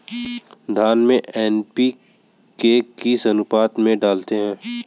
धान में एन.पी.के किस अनुपात में डालते हैं?